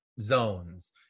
zones